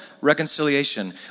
reconciliation